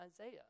Isaiah